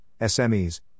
SMEs